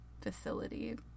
facility